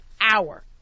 hour